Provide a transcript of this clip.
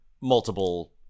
multiple